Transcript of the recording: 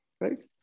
right